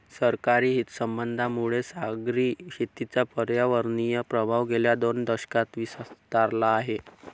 सरकारी हितसंबंधांमुळे सागरी शेतीचा पर्यावरणीय प्रभाव गेल्या दोन दशकांत विस्तारला आहे